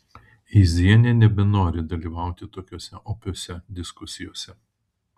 eizienė nebenori dalyvauti tokiose opiose diskusijose